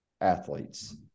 athletes